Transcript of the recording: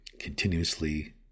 continuously